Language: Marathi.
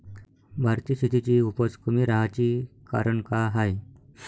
भारतीय शेतीची उपज कमी राहाची कारन का हाय?